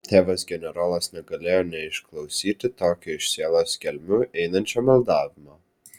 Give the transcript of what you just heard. tėvas generolas negalėjo neišklausyti tokio iš sielos gelmių einančio maldavimo